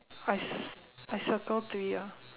I cir~ circle three ah